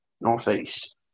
northeast